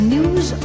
News